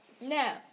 Now